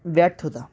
ব্যর্থতা